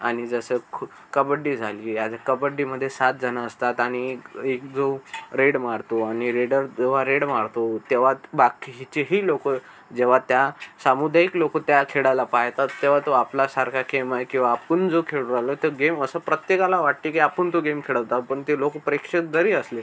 आणि जसं खु कबड्डी झालीय आता कबड्डीमधे सात जण असतात आणिक एक जो रेड मारतो आणि रेडर जेव्हा रेड मारतो तेव्हात बाकीचे ते ही लोक जेव्हा त्या सामुदायिक लोक त्या खेळाला पाहतात तेव्हा तो आपल्यासारखा गेम आहे किंवा आपण जो खेळून राहिलो तर गेम असं प्रत्येकाला वाटते की आपण तो गेम खेळत आहे पण ते लोक प्रेक्षत जरी असले